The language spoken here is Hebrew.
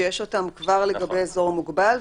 שיש אותם כבר לגבי אזור מוגבל,